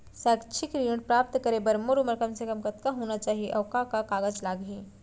शैक्षिक ऋण प्राप्त करे बर मोर उमर कम से कम कतका होना चाहि, अऊ का का कागज लागही?